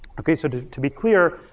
okay? so to to be clear,